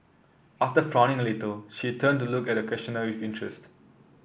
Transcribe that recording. after frowning a little she turned to look at the questioner with interest